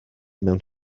mewn